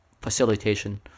facilitation